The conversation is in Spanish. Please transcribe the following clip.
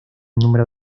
número